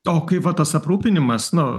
o kaip va tas aprūpinimas nu